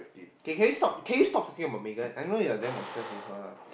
okay can stop can stop thinking about Megan I know you're damn obsessed with her lah